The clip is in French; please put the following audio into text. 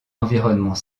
environnement